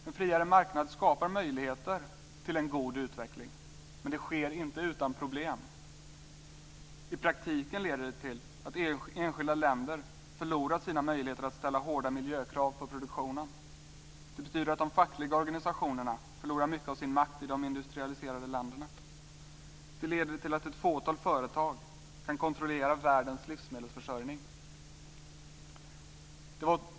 En friare marknad skapar möjligheter till en god utveckling, men det sker inte utan problem. I praktiken leder det till att enskilda länder förlorar sina möjligheter att ställa höga miljökrav på produktionen. Det betyder att de fackliga organisationerna förlorar mycket av sin makt i de industrialiserade länderna. Det leder till att ett fåtal företag kan kontrollera världens livsmedelsförsörjning.